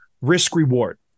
risk-reward